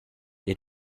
that